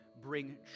bring